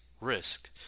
risk